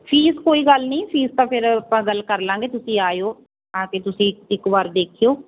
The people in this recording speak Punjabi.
ਫੀਸ ਕੋਈ ਗੱਲ ਨਹੀਂ ਫੀਸ ਤਾਂ ਫਿਰ ਆਪਾਂ ਗੱਲ ਕਰ ਲਾਂਗੇ ਤੁਸੀਂ ਆਇਓ ਆ ਕੇ ਤੁਸੀਂ ਇੱਕ ਵਾਰ ਦੇਖਿਓ